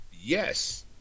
Yes